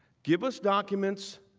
give us document.